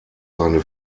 seine